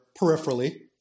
peripherally